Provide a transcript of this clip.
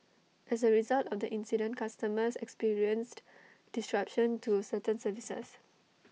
as A result of the incident customers experienced disruption to certain services